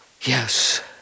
Yes